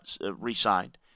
re-signed